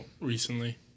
recently